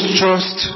trust